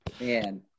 man